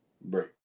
Break